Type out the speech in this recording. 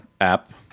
app